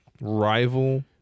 rival